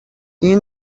این